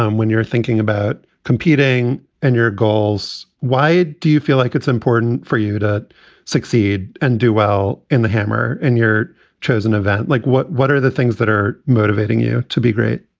um when you're thinking about competing and your goals why do you feel like it's important for you to succeed and do well in the hammer in your chosen event? like what? what are the things that are motivating you to be great?